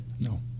no